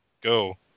go